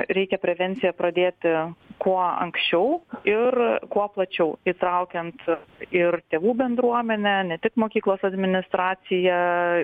reikia prevenciją pradėti kuo anksčiau ir kuo plačiau įtraukiant ir tėvų bendruomenę ne tik mokyklos administraciją